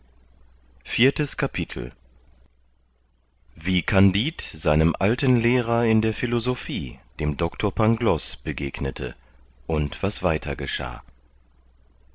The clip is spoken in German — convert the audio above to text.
viertes kapitel wie kandid seinem alten lehrer in der philosophie dem doctor pangloß begegnete und was weiter geschah